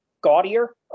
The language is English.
gaudier